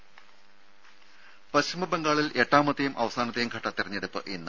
രംഭ പശ്ചിമ ബംഗാളിൽ എട്ടാമത്തെയും അവസാനത്തെയും ഘട്ട തെരഞ്ഞെടുപ്പ് ഇന്ന്